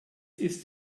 ist